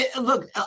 look